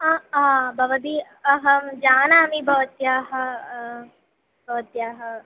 अ आ भवती अहं जानामि भवत्याः भवत्याः